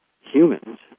humans